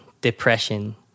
depression